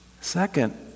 Second